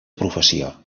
professió